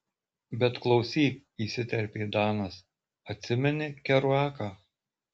bet klausyk įsiterpė danas atsimeni keruaką